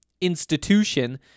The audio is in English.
institution